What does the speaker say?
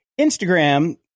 Instagram